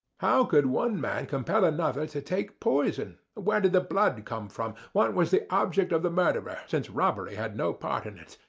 how could one man compel another to take poison? where did the blood come from? what was the object of the murderer, since robbery had no part in it?